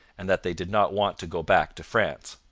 and that they did not want to go back to france